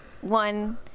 One